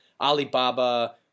Alibaba